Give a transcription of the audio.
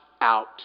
out